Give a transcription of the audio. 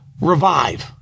revive